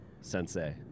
sensei